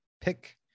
pick